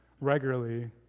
regularly